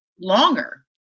longer